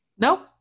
Nope